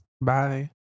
bye